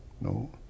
no